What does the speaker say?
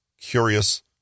curious